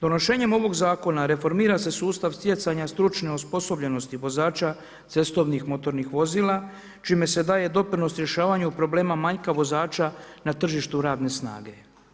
Donošenjem ovog Zakona reformira se sustav stjecanja stručne osposobljenosti vozača cestovnih motornih vozila, čime se daje doprinos rješavanju problema manjka vozača na tržištu radne snage.